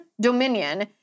Dominion